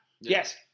Yes